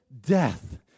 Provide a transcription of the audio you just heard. Death